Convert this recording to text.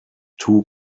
two